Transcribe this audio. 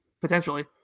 potentially